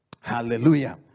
Hallelujah